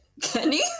Kenny